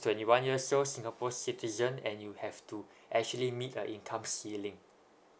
twenty one years old singapore citizen and you have to actually meet a income ceiling